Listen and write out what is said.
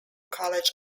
college